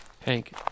Hank